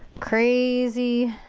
crazy.